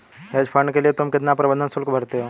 Hedge fund के लिए तुम कितना प्रबंधन शुल्क भरते हो?